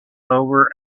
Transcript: over